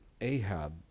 Ahab